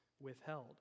withheld